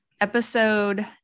episode